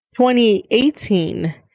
2018